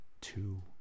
two